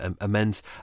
amends